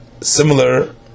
similar